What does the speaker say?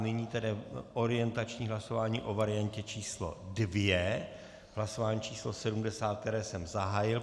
Nyní tedy orientační hlasování o variantě číslo II v hlasování číslo 70, které jsem zahájil.